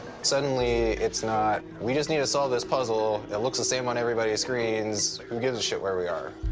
suddenly, it's not, we just need to solve this puzzle. it looks the same on everybody's screens. who gives a shit where we are?